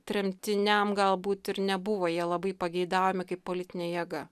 tremtiniam galbūt ir nebuvo jie labai pageidaujami kaip politinė jėga